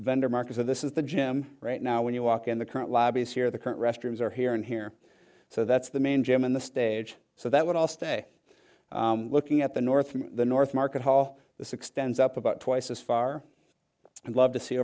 market this is the gym right now when you walk in the current lobby is here the current restrooms are here and here so that's the main gym in the stage so that would all stay looking at the north from the north market all this extends up about twice as far and love to see